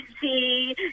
see